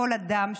כל אדם,